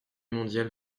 mondiale